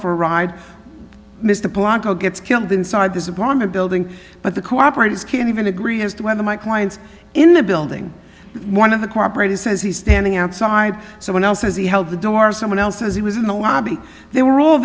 for a ride mr blanco gets killed inside this apartment building but the cooperators can't even agree as to whether my client's in the building one of the cooperated says he's standing outside so one else as he held the door someone else as he was in the lobby they were all